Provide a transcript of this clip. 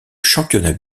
championnat